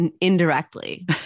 indirectly